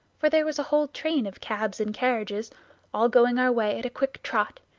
for there was a whole train of cabs and carriages all going our way at a quick trot,